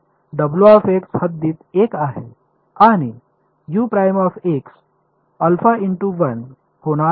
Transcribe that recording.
तर हद्दीत 1 आहे आणि होणार आहे